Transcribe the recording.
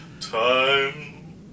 Time